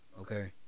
okay